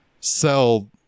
sell